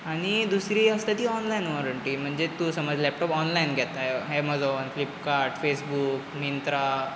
आनी दुसरी आसता ती ऑनलायन वॉरंटी म्हणजे तूं समज लॅपटॉप ऑनलायन घेताय एमजॉन फ्लिपकार्ट फेसबूक मिंत्रा